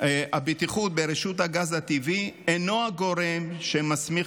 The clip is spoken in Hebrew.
על הבטיחות ברשות הגז הטבעי אינו הגורם שמסמיך